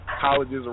colleges